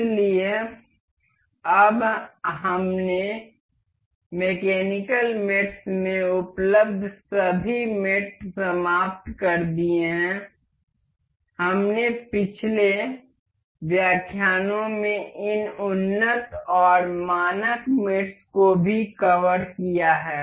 इसलिए अब हमने मैकेनिकल मेट्स में उपलब्ध सभी मेट समाप्त कर दिए हैं हमने पिछले व्याख्यानों में इन उन्नत और मानक मेट्स को भी कवर किया है